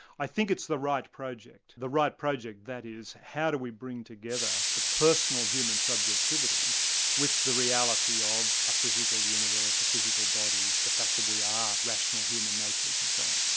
i think it's the right project the right project that is how do we bring together the personal human subjectivity with the reality of a physical universe, a physical body, the fact that we are rational human natures and so on.